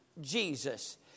Jesus